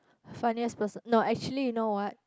funniest person no actually you know what